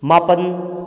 ꯃꯥꯄꯜ